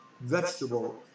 vegetable